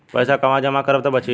पैसा कहवा जमा करब त बची?